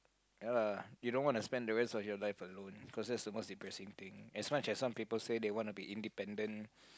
ya lah you don't wanna spend the rest of your life alone cause that's the most depressing thing as much as some people say they wanna be independent